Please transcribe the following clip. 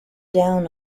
down